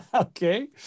Okay